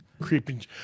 creeping